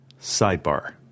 Sidebar